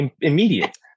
immediate